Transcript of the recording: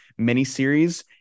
miniseries